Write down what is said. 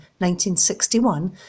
1961